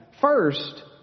first